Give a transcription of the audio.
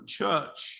church